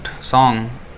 song